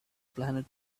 planet